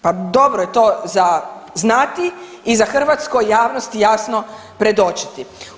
Pa dobro je to za znati i za hrvatskoj javnosti jasno predočiti.